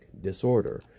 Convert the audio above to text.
disorder